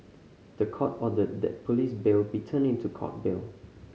the Court ordered that police bail be turned into Court bail